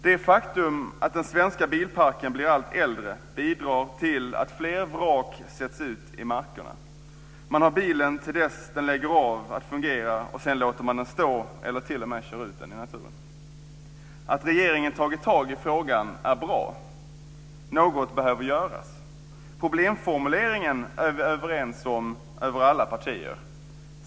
Det faktum att den svenska bilparken blir allt äldre bidrar till att fler vrak ställs ut i markerna. Man har bilen till dess att den lägger av att fungera och sedan låter man den stå eller t.o.m. kör ut den i naturen. Att regeringen har tagit tag i frågan är bra. Något behöver göras. Problemformuleringen är vi överens om över alla partier.